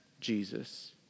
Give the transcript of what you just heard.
Jesus